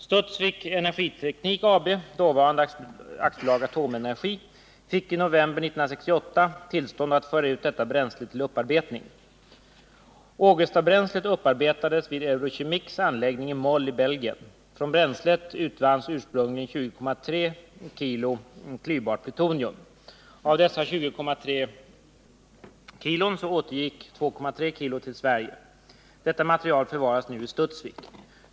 Studsvik Energiteknik AB, dåvarande AB Atomenergi, fick i november 1968 tillstånd att föra ut detta bränsle till upparbetning. Ågestabränslet upparbetades vid Eurochemics anläggning i Mol i Belgien. Från bränslet utvanns ursprungligen 20,3 kg klyvbart plutonium. Av dessa 20,3 kg återgick 2,3 kg till Sverige. Detta material förvaras nu i Studsvik.